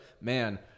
man